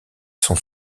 son